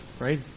right